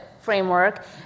framework